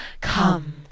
Come